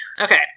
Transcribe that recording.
okay